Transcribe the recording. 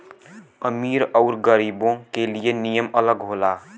अमीर अउर गरीबो के लिए नियम अलग होला